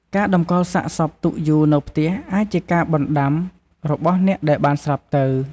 ការតម្កល់សាកសពទុកយូរនៅផ្ទះអាចជាការបណ្តាំរបស់អ្នកដែលបានស្លាប់ទៅ។